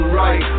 right